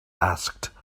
asked